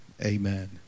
Amen